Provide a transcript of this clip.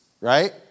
right